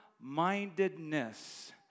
mindedness